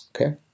okay